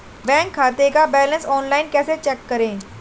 Bank खाते का balance online कैसे चेक करें?